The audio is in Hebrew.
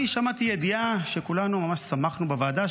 אני שמעתי ידיעה שכולנו ממש שמחנו עליה בוועדה,